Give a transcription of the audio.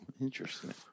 Interesting